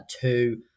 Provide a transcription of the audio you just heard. two